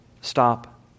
stop